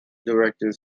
director